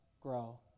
grow